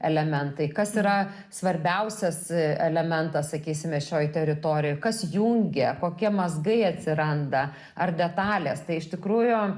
elementai kas yra svarbiausias elementas sakysime šioj teritorijoj kas jungia kokie mazgai atsiranda ar detalės tai iš tikrųjų